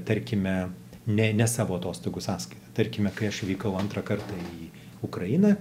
tarkime ne ne savo atostogų sąskaita tarkime kai išvykau antrą kartą į ukrainą